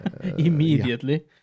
Immediately